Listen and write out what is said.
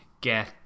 get